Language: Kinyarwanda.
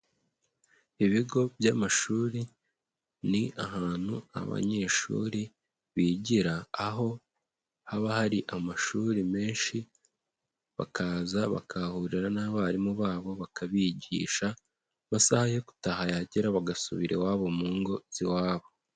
Ibigo by'amashuri ni ahantu abanyeshuri bigira, aho haba hari amashuri menshi bakaza bakahahurira n'abarimu babo bakabigisha, amasaha yo gutaha yagera bagasubira iwabo mu ngo z'iwabo.